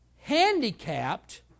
handicapped